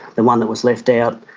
the one that was left out,